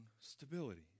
stability